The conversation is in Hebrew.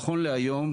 נכון להיום,